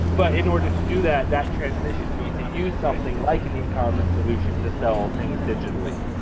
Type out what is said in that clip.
but in order to do that, that transitioned me to use something like an e-commerce solution to sell things digitally.